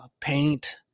paint